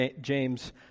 James